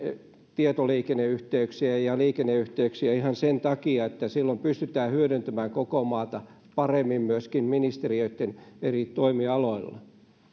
tietoliikenneyhteyksiä ja liikenneyhteyksiä ihan sen takia että silloin pystytään hyödyntämään koko maata paremmin myöskin ministeriöitten eri toimialoilla